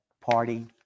party